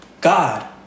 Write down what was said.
God